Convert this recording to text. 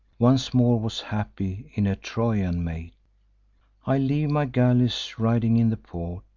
once more was happy in a trojan mate. i leave my galleys riding in the port,